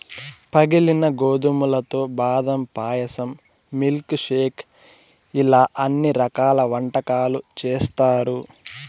పగిలిన గోధుమలతో బాదం పాయసం, మిల్క్ షేక్ ఇలా అన్ని రకాల వంటకాలు చేత్తారు